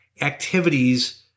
activities